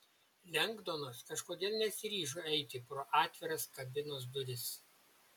lengdonas kažkodėl nesiryžo eiti pro atviras kabinos duris